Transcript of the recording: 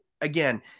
again